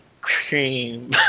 Cream